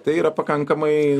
tai yra pakankamai